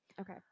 okay